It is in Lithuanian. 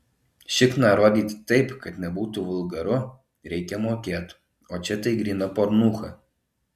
šikną rodyti taip kad nebūtų vulgaru reikia mokėt o čia tai gryna pornucha